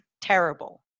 terrible